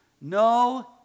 no